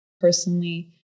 personally